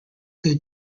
their